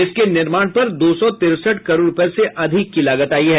इसके निर्माण पर दो सौ तिरेसठ करोड़ रुपये से अधिक की लागत आयी है